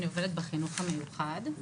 אני עובדת בחינוך המיוחד,